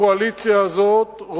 הקואליציה הזאת,